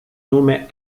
nome